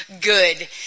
good